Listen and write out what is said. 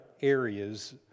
areas